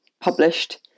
published